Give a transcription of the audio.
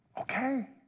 Okay